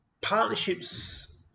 partnerships